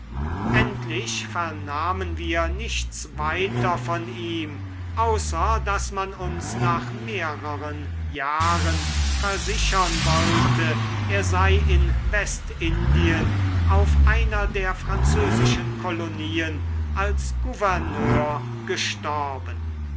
endlich vernahmen wir nichts weiter von ihm außer daß man uns nach mehreren jahren versichern wollte er sei in westindien auf einer der französischen kolonien als gouverneur gestorben